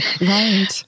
Right